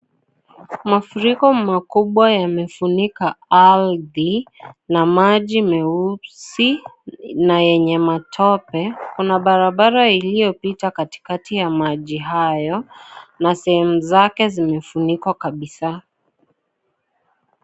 Mafuriko makubwa yamefunika ardhi na maji meusi na yenye matope. Kuna barabara iliyopita katikati ya maji hayo na sehemu zake zimefunikwa kabisa.